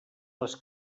les